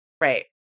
right